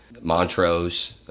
Montrose